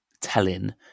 telling